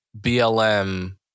BLM